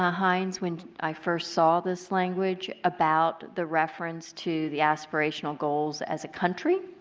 ah hynes when i first saw this language about the reference to the aspirational goals as a country.